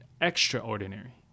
extraordinary